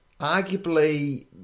arguably